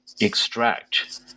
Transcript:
extract